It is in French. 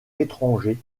étrangers